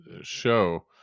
show